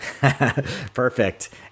Perfect